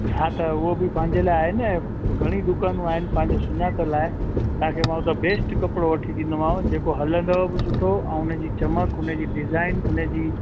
हा त उहो बि पंहिंजे लाइ आहे न घणी दुकानूं आहिनि पंहिंजो सुञातलु आहे तव्हांखे मां हुतों बेस्ट कपिड़ो वठी ॾींदोमांव जेको हलंदव बि सुठो ऐं उनजी चिम्क उनजी डिज़ाइन उनजी